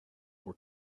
were